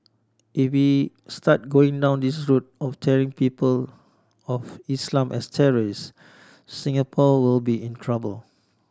if we start going down this is route of tarring people of Islam as terrorists Singapore will be in trouble